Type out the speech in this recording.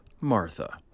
Martha